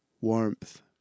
warmth